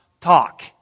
talk